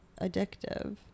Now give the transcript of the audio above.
addictive